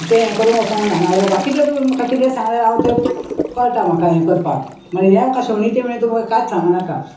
तें हें करूंक वोसोंक ना नाजाल्या बाकीचें तूं म्हाका किदें सांगल्यार हांव तें कळटा म्हाका हें करपाक म्हळ्यार हें म्हाका शेवणीचें बी म्हाका कांयच सांगो नाका